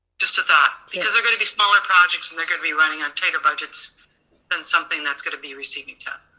just a thought. because they're gonna be smaller projects and they're gonna be running on tighter budgets than something that's gonna be receiving tif.